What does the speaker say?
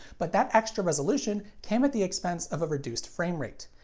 but that extra resolution came at the expense of a reduced frame rate.